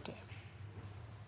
Det